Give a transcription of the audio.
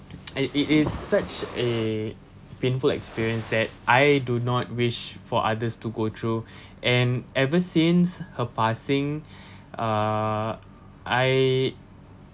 and it is such a painful experience that I do not wish for others to go through and ever since her passing uh I